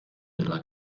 della